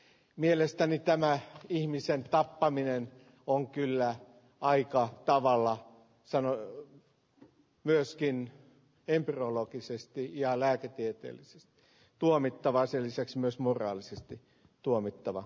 mielestäni tämä ihmisen tappaminen on kyllä aika tavalla se on ollut myöskin empirologisesti ja lääketieteellisestä tuomittava se lisäksi myös moraalisesti tuomittavaa